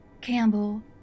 Campbell